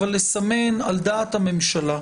אבל לסמן על דעת הממשלה.